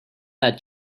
that